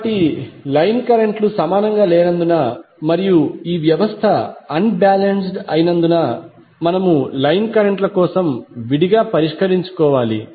కాబట్టి లైన్ కరెంట్లు సమానంగా లేనందున మరియు ఈ వ్యవస్థ అన్ బాలెన్స్డ్ అయినందున మనములైన్ కరెంట్ కోసం విడిగా పరిష్కరించుకోవాలి